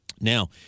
Now